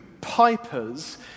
pipers